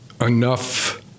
enough